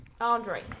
andre